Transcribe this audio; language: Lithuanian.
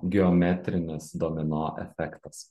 geometrinis domino efektas